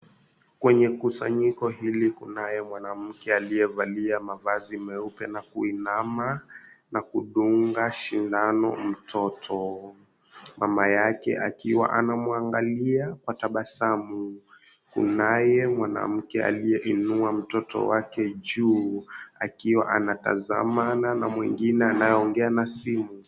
Kwenye mkusanyiko hili kunaye mwanamke aliyevalia mavazi meupe na kuinama na kudunga shindano mtoto, mama yake akiwa anamwangalia kwa tabasamu. Kunaye mwanamke aliyeinua mtoto wake juu akiwa anatazamana na mwingine anayeongea na simu.